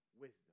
wisdom